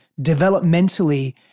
developmentally